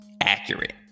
accurate